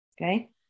Okay